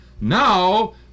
now